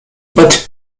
but